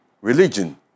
religion